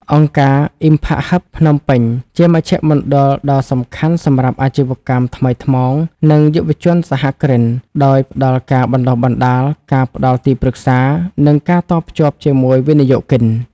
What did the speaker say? អង្គការ Impact Hub Phnom Penh ជាមជ្ឈមណ្ឌលដ៏សំខាន់សម្រាប់ "អាជីវកម្មថ្មីថ្មោង" និងយុវជនសហគ្រិន ដោយផ្ដល់ការបណ្ដុះបណ្ដាល ការផ្ដល់ទីប្រឹក្សា និងការតភ្ជាប់ជាមួយវិនិយោគិន។